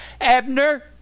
Abner